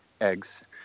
eggs